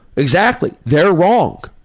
exactly. they're wrong.